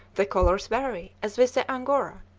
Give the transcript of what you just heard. the colors vary, as with the angora,